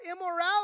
immorality